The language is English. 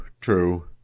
true